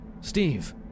Steve